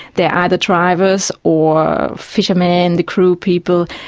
they are the drivers or fishermen, the crew people,